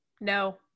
no